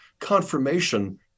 Confirmation